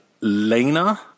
Lena